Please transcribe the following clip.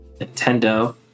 Nintendo